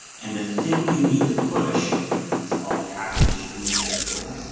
and the thing you need to push is called a package in this variable,